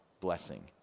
blessing